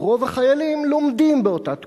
רוב החיילים לומדים באותה תקופה,